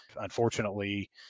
Unfortunately